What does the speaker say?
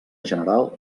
general